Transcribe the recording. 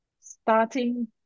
starting